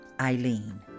Eileen